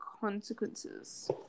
consequences